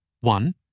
One